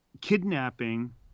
kidnapping